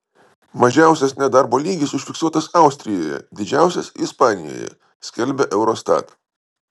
mažiausias nedarbo lygis užfiksuotas austrijoje didžiausias ispanijoje skelbia eurostat